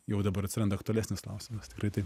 jau dabar atsiranda aktualesnis klausimas tikrai taip